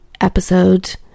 episode